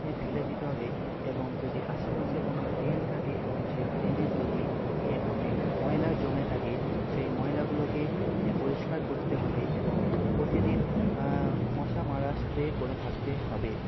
ফেলে দিতে হবে এবং যদি আশেপাশে কোনো ড্রেন থাকে এবং সে ড্রেনে যদি অনেক ময়লা জমে থাকে সেই ময়লাগুলোকে পরিষ্কার করতে হবে এবং প্রতিদিন মশা মারা স্প্রে করে থাকতে হবে